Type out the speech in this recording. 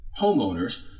homeowners